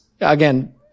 again